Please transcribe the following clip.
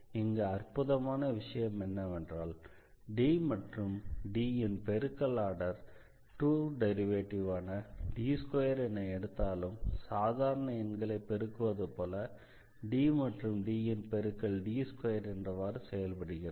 இங்கு அற்புதமான விஷயம் என்னவென்றால் D மற்றும் D ன் பெருக்கல் ஆர்டர் 2 டெரிவேட்டிவான D2 என எடுத்தாலும் சாதாரணமாக எண்களை பெருக்குவது போல D மற்றும் D ன் பெருக்கல் D2 என்றவாறு செயல்படுகிறது